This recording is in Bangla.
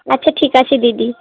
আচ্ছা ঠিক আছে দিদি